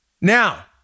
Now